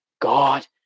God